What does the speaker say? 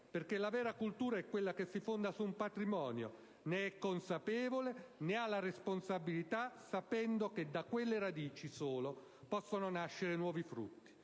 Perché la vera cultura è quella che si fonda su un patrimonio, ne è consapevole, ne ha la responsabilità sapendo che da quelle radici solo possono nascere nuovi frutti.